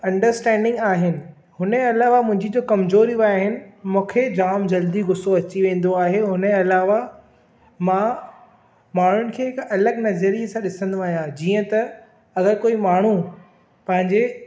understanding आहिनि हुन जे अलावा मुंहिंजियूं जो कमज़ोरियूं आहिनि मूंखे जाम जल्दी गुसो अची वेंदो आहे हुन जे अलावा मां माण्हुनि खे हिकु अलॻि नज़रिए सां ॾिसंदो आहियां जीअं त अगरि कोई माण्हू पंहिंजे